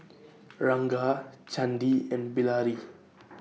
Ranga Chandi and Bilahari